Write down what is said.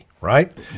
right